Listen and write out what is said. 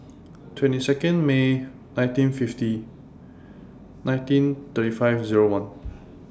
twenty Second May nineteen fifty nineteen thirty five Zero one